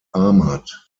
ahmad